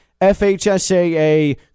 FHSAA